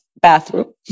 bathroom